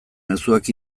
mezuak